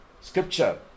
scripture